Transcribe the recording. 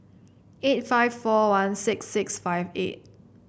eight five four one six six five eight